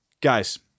guys